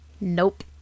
Nope